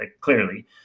clearly